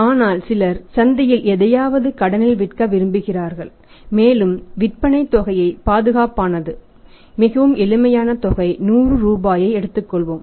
ஆனால் சிலர் சந்தையில் எதையாவது கடனில் விற்க விரும்புகிறார்கள் மேலும் விற்பனைத் தொகை பாதுகாப்பானது மிகவும் எளிமையான தொகை 100 ரூபாய்யை எடுத்துக்கொள்வோம்